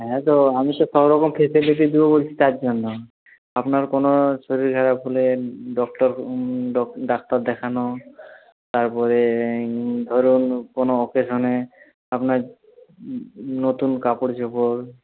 হ্যাঁ তো আমি তো সবরকম ফেসিলিটি দেবো বলছি তার জন্য আপনার কোনো শরীর খারাপ হলে ডক্টর ডাক্তার দেখানো তারপরে ধরুন কোনো অকেশানে আপনার নতুন কাপড়চোপড়